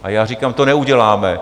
A já říkám, to neuděláme.